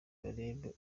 barebe